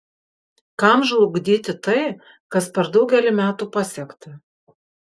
kam žlugdyti tai kas per daugelį metų pasiekta